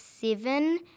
seven